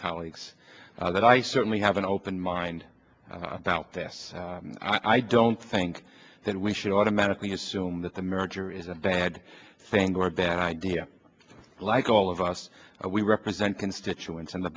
colleagues that i certainly have an open mind about this i don't think that we should automatically assume that the merger is a bad thing or a bad idea like all of us we represent constituents and the